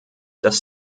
dass